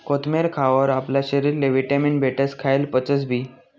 कोथमेर खावावर आपला शरीरले व्हिटॅमीन भेटस, खायेल पचसबी